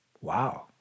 Wow